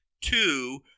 Two